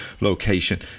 location